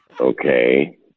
Okay